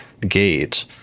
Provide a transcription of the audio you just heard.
gate